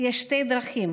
יש שתי דרכים: